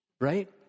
Right